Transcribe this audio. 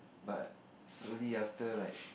but slowly after like